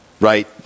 Right